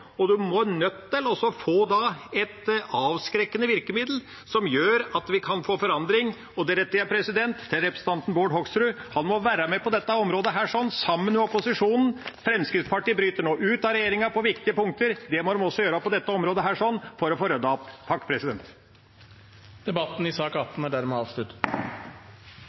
og en er nødt til å få et avskrekkende virkemiddel som gjør at vi kan få forandring. Og det retter jeg til representanten Bård Hoksrud. Han må være med på dette området, sammen med opposisjonen. Fremskrittspartiet bryter nå ut av regjeringa på viktige punkter. Det må de også gjøre på dette området for å få ryddet opp. Flere har ikke bedt om ordet til sak nr. 18.